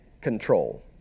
control